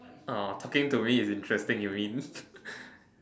orh talking to me is interesting you mean